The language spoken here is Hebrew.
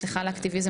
סליחה על האקטיביזם.